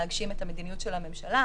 להגשים את המדיניות של הממשלה,